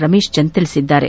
ರಮೇಶ್ ಚಂದ್ ತಿಳಿಸಿದ್ದಾರೆ